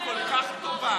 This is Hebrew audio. אם היא תדע את האמת,